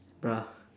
bruh